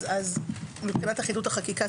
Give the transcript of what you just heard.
מפאת אחידות החקיקה,